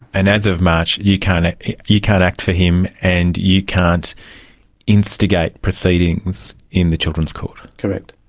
and as of march you can't you can't act for him and you can't instigate proceedings in the children's court. correct.